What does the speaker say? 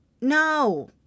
No